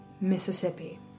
Mississippi